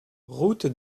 route